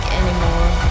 anymore